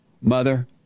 mother